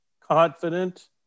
confident